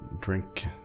drink